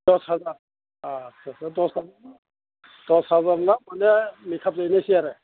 दस हाजार आस्सा दस हाजारना दस हाजारब्ला माने मेकाप जाहैनोसै आरो